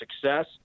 success